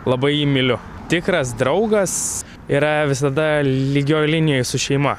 labai jį myliu tikras draugas yra visada lygioj linijoj su šeima